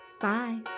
Bye